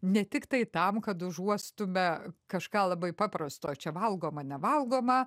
ne tiktai tam kad užuostume kažką labai paprasto čia valgoma nevalgoma